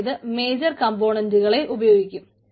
അതായത് മേജർ കംപോണന്റുകളെ ഉപയോഗിക്കും